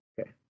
Okay